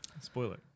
Spoiler